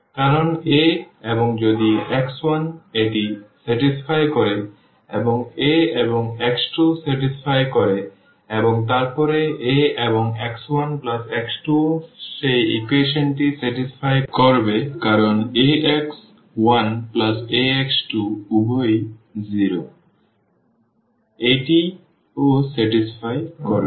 কারণ A এবং যদি x1 এটি সন্তুষ্ট করে এবং A এবং x2 সন্তুষ্ট করে এবং তারপর A এবং এই x1 x2 ও সেই ইকুয়েশনটি সন্তুষ্ট করবে কারণ Ax 1 Ax 2 উভয়ই 0 0 তাই এটিও সন্তুষ্ট করবে